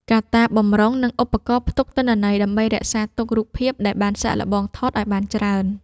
កាតាប បម្រុង និងឧបករណ៍ផ្ទុកទិន្នន័យ ដើម្បីរក្សាទុករូបភាពដែលបានសាកល្បងថតឱ្យបានច្រើន។